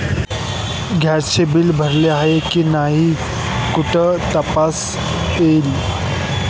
गॅसचे बिल भरले आहे की नाही हे कुठे तपासता येईल?